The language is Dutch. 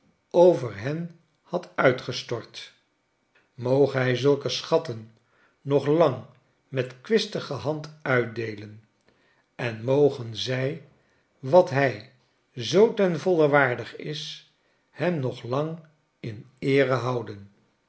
over hen had uitgestort moge hij zulke schatten nog lang met kwistige hand uitdeelen en mogen zij wat hij zoo ten voile waardig is hem nog lang in eere houden